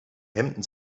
hemden